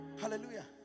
Hallelujah